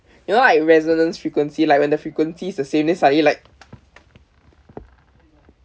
you know like resonance frequency like when the frequency's the same then suddenly like